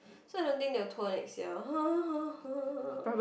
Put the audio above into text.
so I don't think they will tour next year